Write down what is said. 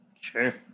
Sure